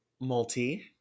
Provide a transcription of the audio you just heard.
Multi